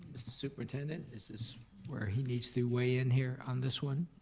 superintendent, this is where he needs to weigh in here on this one.